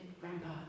Grandpa